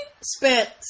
spent